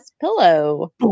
pillow